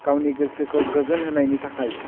गावनि गोसोखौ गोजोन होनायनि थाखाय